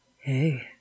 Hey